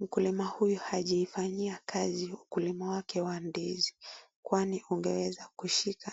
mkulima huyu hajaifanyia Kazi ukulima wake wa ndizi, kwani ungeweza kushika